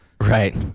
Right